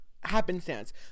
happenstance